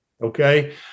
Okay